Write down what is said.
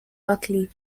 berkeley